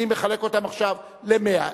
אני מחלק אותן עכשיו ל-100.